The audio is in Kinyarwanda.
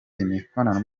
imibonano